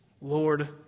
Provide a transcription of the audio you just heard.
Lord